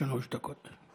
שלוש דקות.